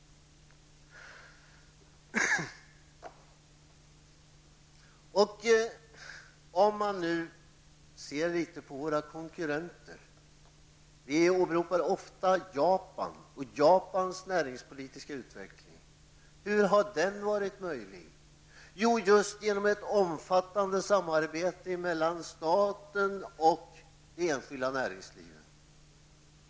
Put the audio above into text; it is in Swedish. Om man nu ser litet grand på våra konkurrenter åberopar vi ofta Japan och Japans näringspolitiska utveckling. Hur har den varit möjlig? Jo, just genom ett omfattande samarbete mellan staten och det enskilda näringslivet.